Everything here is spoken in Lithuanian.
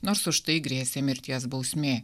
nors už tai grėsė mirties bausmė